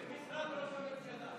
במשרד ראש הממשלה.